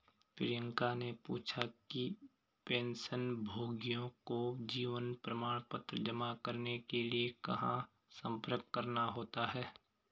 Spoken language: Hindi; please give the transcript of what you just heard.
प्रियंका ने पूछा कि पेंशनभोगियों को जीवन प्रमाण पत्र जमा करने के लिए कहाँ संपर्क करना होता है?